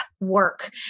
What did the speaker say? work